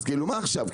אז מה עכשיו,